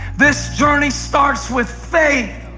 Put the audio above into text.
this journey starts with faith.